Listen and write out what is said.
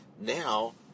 now